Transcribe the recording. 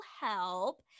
help